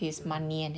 mm